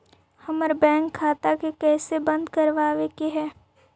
हमर बैंक खाता के कैसे बंद करबाबे के है?